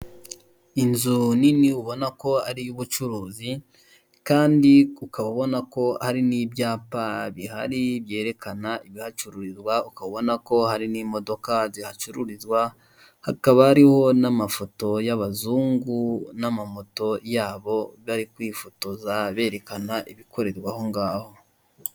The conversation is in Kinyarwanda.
Inzu nini ubonako ari iy'ubucuruzi kandi ukaba ubona ko hari n'ibyapa bihari byerekana ibihacururizwa, ukaba ubona ko hari n'imodoka zihacururizwa, hakaba hariho n'amafoto y'abazungu n'amamoto yabo bari kwifotoza berekana ibikorerwa ahongaho.